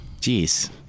Jeez